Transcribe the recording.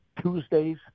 Tuesdays